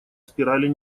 спирали